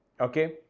Okay